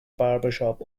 barbershop